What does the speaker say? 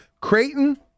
Creighton